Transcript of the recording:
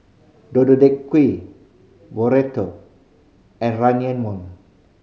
Deodeok Gui Burrito and Ramyeon